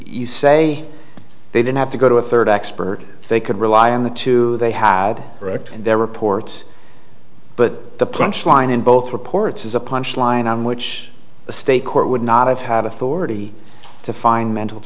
you say they didn't have to go to a third expert they could rely on the two they had wrecked their reports but the punch line in both reports is a punch line on which a state court would not have had authority to find mental